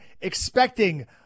expecting